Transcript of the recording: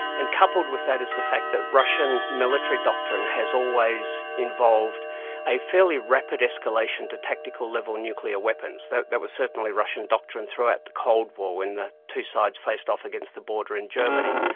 and coupled with that is the fact that russian military doctrine has always involved a fairly rapid escalation to tactical level in nuclear weapons. that that was certainly russian doctrine throughout the cold war when the two sides faced off against the border in germany.